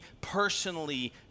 personally